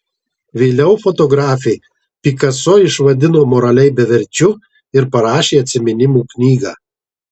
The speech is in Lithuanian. vėliau fotografė picasso išvadino moraliai beverčiu ir parašė atsiminimų knygą